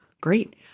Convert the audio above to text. Great